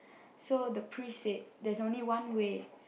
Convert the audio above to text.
so the priest said there's only one way